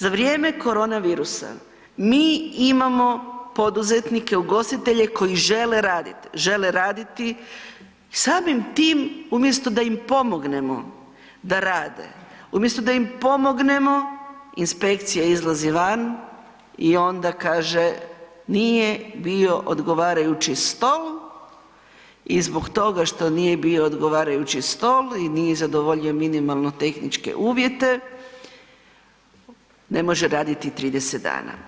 Za vrijeme korona virusa mi imamo poduzetnike, ugostitelje koji žele raditi, žele raditi i samim tim umjesto da im pomognemo da rade, umjesto da im pomognemo, inspekcija izlazi van i onda kaže nije bio odgovarajući stol i zbog toga što nije bio odgovarajući stol i nije zadovoljio minimalno tehničke uvjete ne može raditi 30 dana.